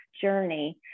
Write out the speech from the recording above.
journey